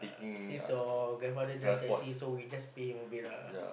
since your grandfather drive taxi so we just pay him a bit lah